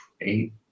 eight